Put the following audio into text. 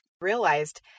realized